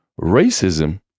racism